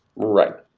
right.